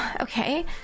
okay